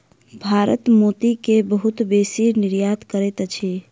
भारत मोती के बहुत बेसी निर्यात करैत अछि